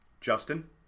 Justin